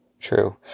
True